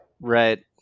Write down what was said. Right